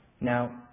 Now